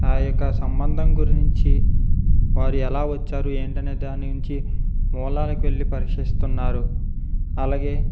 ఆ యొక్క సంబంధం గురించి వారు ఎలా వచ్చారు ఏంటనే దాని నుంచి మూలానికి వెళ్లి పరీక్షిస్తున్నారు అలాగే